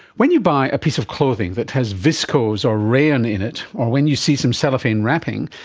when you buy a piece of clothing that has viscose or rayon in it, or when you see some cellophane wrapping,